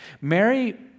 Mary